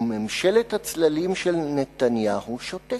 וממשלת הצללים של נתניהו שותקת.